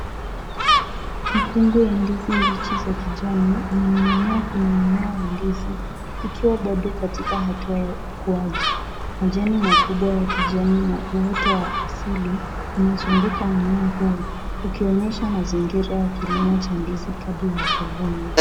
Mkungu ya ndizi mbichi za kijani umening'inia kwenye mmea wa ndizi ikiwa bado katika hatua ya ukuaji. Majani makubwa ya kijani na uoto wa asili unazunguka mmea huu ukionyesha mazingira ya kilimo cha ndizi kabla ya kuvunwa.